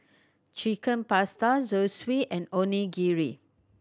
Chicken Pasta Zosui and Onigiri